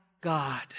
God